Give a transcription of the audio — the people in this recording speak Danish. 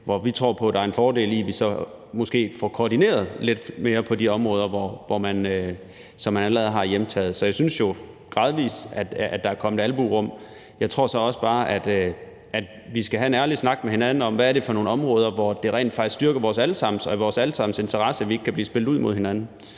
hvor vi tror på, at der er en fordel i, at vi så måske får koordineret lidt mere på de områder, som man allerede har hjemtaget. Så jeg synes jo, at der gradvis er kommet albuerum. Jeg tror så også bare, at vi skal have en ærlig snak med hinanden om, hvad det er for nogle områder, hvor det rent faktisk styrker os alle sammen og er i vores alle sammens interesse, at vi ikke kan blive spillet ud mod hinanden.